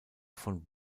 von